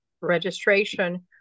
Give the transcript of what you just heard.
registration